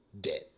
dead